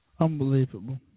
Unbelievable